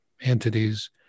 entities